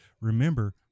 remember